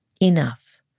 Enough